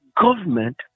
government